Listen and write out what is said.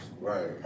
Right